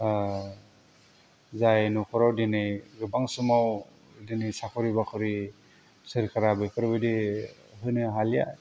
जाय न'खराव दिनै गोबां समाव बिदिनो साख्रि बाख्रि सोरखारा बेफोरबायदि होनो हालिया